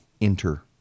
enter